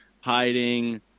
hiding